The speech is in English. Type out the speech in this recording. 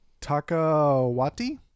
Takawati